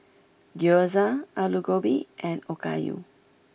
Gyoza Alu Gobi and Okayu